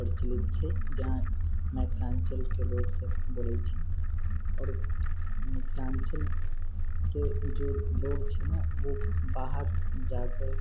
प्रचलित छै जहाँ मिथलाञ्चलके लोकसभ बोलैत छै आओर मिथिलाञ्चलके जो लोग छै ने ओ बाहर जा कऽ